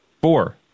Four